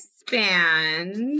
expand